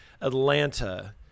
Atlanta